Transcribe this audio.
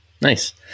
Nice